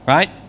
Right